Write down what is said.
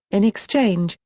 in exchange,